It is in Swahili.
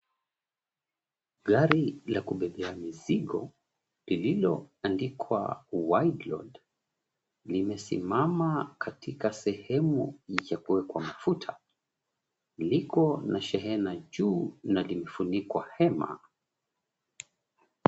Gari la kubebea mizigo lililoandikwa, "Wide Load", limesimama katika sehemu ya kuwekwa mafuta, liko na shehena juu na limefunikwa hema.